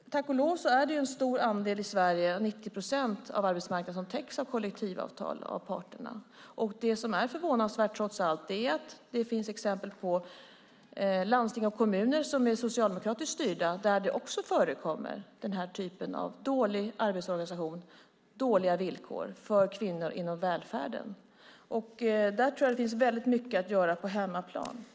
Tack och lov är det en stor andel i Sverige, 90 procent, av arbetsmarknaden som täcks av kollektivavtal av parterna. Det som är förvånansvärt trots allt är att det finns exempel på landsting och kommuner som är socialdemokratiskt styrda där den här typen av dålig arbetsorganisation och dåliga villkor för kvinnor inom välfärden också förekommer. Där tror jag att det finns väldigt mycket att göra på hemmaplan.